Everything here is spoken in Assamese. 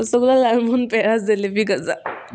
ৰসগোলা লালমোহন পেৰা জেলেপি গজা